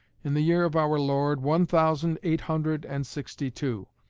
in the year of our lord, one thousand eight hundred and sixty-two,